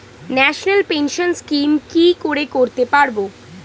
National pension scheme কি করে করতে পারব?